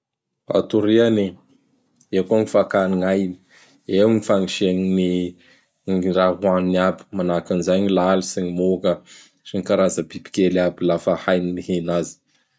Atoriany! Eo koa ny fakany gnay. Eo ny fagnisiany ny raha hohaniny aby; manahaky an'izay ny: lalitsy, ny moka sy ny karazan'ny bibikely aby lafa hainy ny mihina azy.